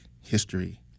history